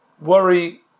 worry